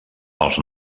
els